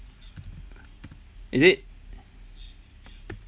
is it